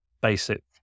basic